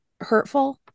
hurtful